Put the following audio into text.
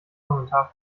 kommentar